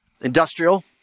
industrial